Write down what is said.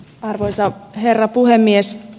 arvoisa herra puhemies